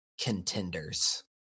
contenders